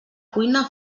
cuina